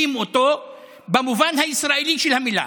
במובן הישראלי של המילה,